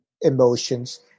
emotions